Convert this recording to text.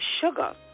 sugar